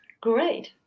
Great